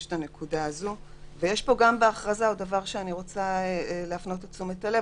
בהכרזה עוד דבר שאני רוצה להפנות אליו את תשומת הלב.